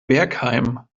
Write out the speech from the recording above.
bergheim